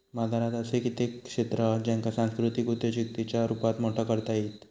बाजारात असे कित्येक क्षेत्र हत ज्येंका सांस्कृतिक उद्योजिकतेच्या रुपात मोठा करता येईत